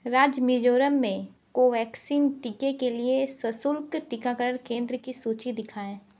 राज्य मिज़ोराम में कोवैक्सिन टीके के लिए सशुल्क टीकाकरण केंद्र की सूचि दिखाएँ